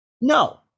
no